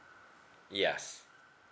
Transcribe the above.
yes